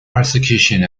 persecution